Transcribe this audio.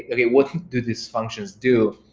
okay, what do these functions do?